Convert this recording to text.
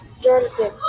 Jonathan